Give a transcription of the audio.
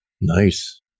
Nice